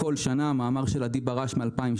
נתפסים בכל שנה מאמר של עדי ברש מ-2017